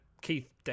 Keith